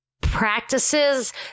practices